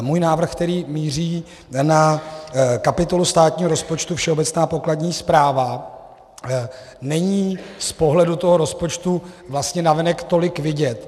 Můj návrh, který míří na kapitolu státního rozpočtu Všeobecná pokladní správa, není z pohledu toho rozpočtu vlastně navenek tolik vidět.